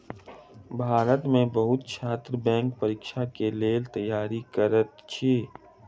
भारत में बहुत छात्र बैंक परीक्षा के लेल तैयारी करैत अछि